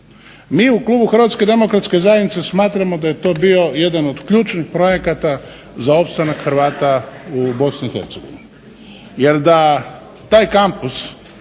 Mi u klubu Hrvatske demokratske zajednice smatramo da je to bio jedan od ključnih projekata za opstanak Hrvata u Bosni i Hercegovini. Jer da taj kampus